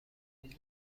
ولی